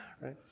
right